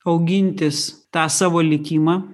augintis tą savo likimą